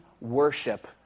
worship